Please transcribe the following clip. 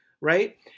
right